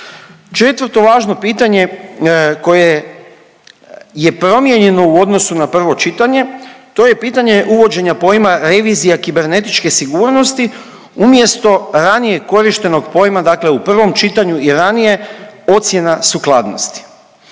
Četvrto važno pitanje koje je promijenjeno u odnosu na prvo čitanje, to je pitanje uvođenja pojma „revizija kibernetičke sigurnosti“ umjesto ranije korištenog pojma, dakle u prvom čitanju i ranije „ocjena sukladnosti“.